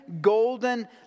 golden